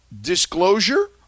Disclosure